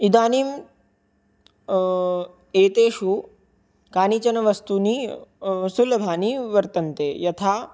इदानीम् एतेषु कानिचन वस्तूनि सुलभानि वर्तन्ते यथा